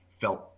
felt